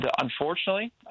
unfortunately